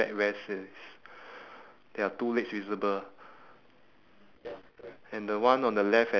the chair there is a there is white stripes the white in in between the backrest is